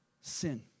sin